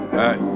hey